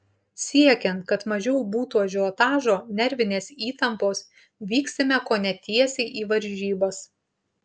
siekiant kad mažiau būtų ažiotažo nervinės įtampos vyksime kone tiesiai į varžybas